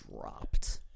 dropped